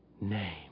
name